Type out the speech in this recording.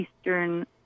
eastern